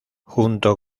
junto